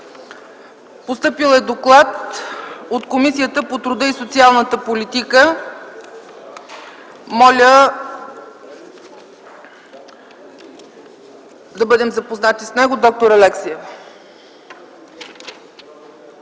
Постъпил е доклад от Комисията по труда и социалната политика. Моля да бъдем запознати с него. Доктор Алексиева,